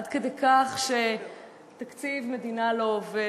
עד כדי כך שתקציב מדינה לא עובר,